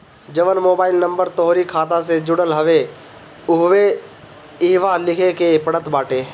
जवन mobile number तोहरी खाता से जुड़ल हवे उहवे इहवा लिखे के पड़त बाटे